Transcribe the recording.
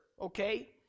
Okay